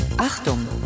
Achtung